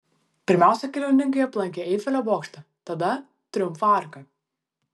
pirmiausia keliauninkai aplankė eifelio bokštą tada triumfo arką